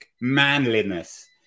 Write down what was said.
manliness